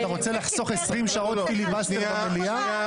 אתה רוצה לחסוך 20 שעות פיליבסטר במליאה?